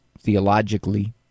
theologically